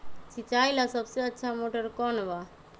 सिंचाई ला सबसे अच्छा मोटर कौन बा?